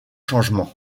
changement